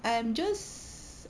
I am just s~